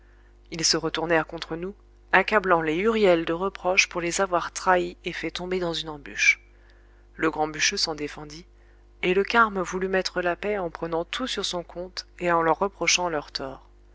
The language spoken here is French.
ils se retournèrent contre nous accablant les huriel de reproches pour les avoir trahis et fait tomber dans une embûche le grand bûcheux s'en défendit et le carme voulut mettre la paix en prenant tout sur son compte et en leur reprochant leurs torts